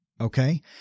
Okay